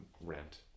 Rent